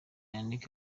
yannick